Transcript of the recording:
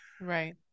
Right